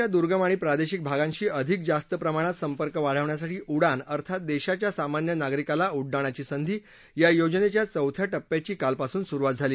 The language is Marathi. देशाच्या दुर्गम आणि प्रादेशिक भागांशी अधिक जास्त प्रमाणात संपर्क वाढवण्यासाठी उडान अर्थात देशाच्या सामान्य नागरिकाला उड्डाणाची संधी या योजनेच्या चौथ्या टप्प्याची कालपासून सुरुवात झाली